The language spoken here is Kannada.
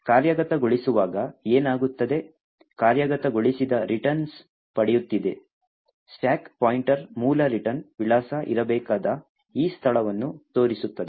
ಕಾರ್ಯಗತಗೊಳಿಸುವಾಗ ಏನಾಗುತ್ತದೆ ಕಾರ್ಯಗತಗೊಳಿಸಿದ ರಿಟರ್ನ್ಸ್ ಪಡೆಯುತ್ತಿದೆ ಸ್ಟಾಕ್ ಪಾಯಿಂಟರ್ ಮೂಲ ರಿಟರ್ನ್ ವಿಳಾಸ ಇರಬೇಕಾದ ಈ ಸ್ಥಳವನ್ನು ತೋರಿಸುತ್ತದೆ